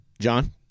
John